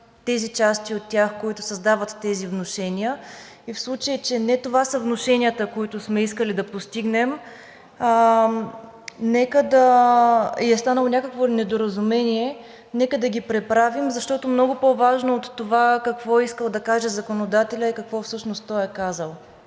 онези части от тях, които създават такива внушения. И в случай че не това са внушенията, които сме искали да постигнем, и е станало някакво недоразумение, нека да ги преправим, защото много по-важно от това какво е искал да каже законодателят е какво всъщност той е казал.